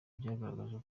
byagaragaje